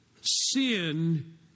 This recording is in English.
sin